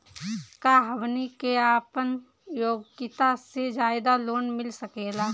का हमनी के आपन योग्यता से ज्यादा लोन मिल सकेला?